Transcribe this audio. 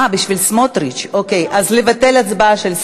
בעד, 41 חברי כנסת, אין מתנגדים, אין נמנעים.